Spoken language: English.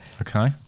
Okay